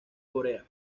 corea